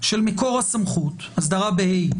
של מקור הסמכות הסדרה ב-ה',